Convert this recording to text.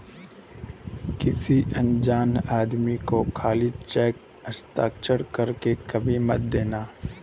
किसी अनजान आदमी को खाली चेक हस्ताक्षर कर के कभी मत देना